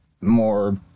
more